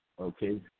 okay